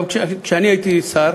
גם כשאני הייתי שר